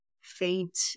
faint